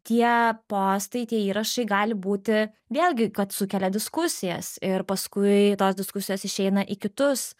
tie postai tie įrašai gali būti vėlgi kad sukelia diskusijas ir paskui tos diskusijos išeina į kitus